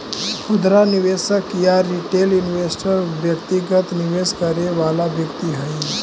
खुदरा निवेशक या रिटेल इन्वेस्टर व्यक्तिगत निवेश करे वाला व्यक्ति हइ